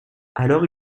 alors